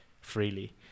freely